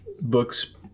books